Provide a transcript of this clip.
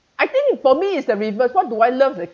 I think for me it's the reverse what do I love as a